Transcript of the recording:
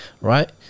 Right